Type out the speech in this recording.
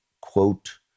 quote